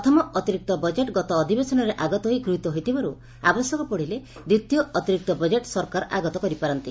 ପ୍ରଥମ ଅତିରିକ୍ତ ବଜେଟ୍ ଗତ ଅଧିବେଶନରେ ଆଗତ ହୋଇ ଗୃହୀତ ହୋଇଥିବାରୁ ଆବଶ୍ୟକ ପଡ଼ିଲେ ଦିତୀୟ ଅତିରିକ୍ତ ବଜେଟ୍ ସରକାର ଆଗତ କରିପାରନ୍ତି